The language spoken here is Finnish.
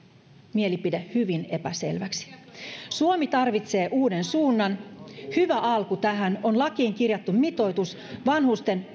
mielipide hyvin epäselväksi suomi tarvitsee uuden suunnan hyvä alku tähän on lakiin kirjattu mitoitus vanhusten